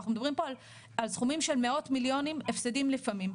אנחנו מדברים פה על סכומים של מאות מיליונים הפסדים לפעמים.